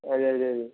అదే అదే అదే